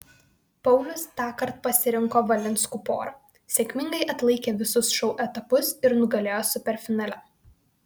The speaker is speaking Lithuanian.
paulius tąkart pasirinko valinskų porą sėkmingai atlaikė visus šou etapus ir nugalėjo superfinale